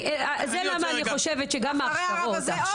זה למה אני חושבת שגם ההכשרות,